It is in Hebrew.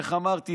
איך אמרתי?